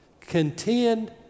Contend